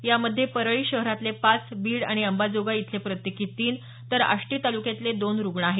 यामध्ये परळी शहरातले पाच बीड आणि अंबाजोगाई इथले प्रत्येकी तीन तर आष्टी तालुक्यातले दोन रुग्ण आहेत